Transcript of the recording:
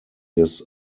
des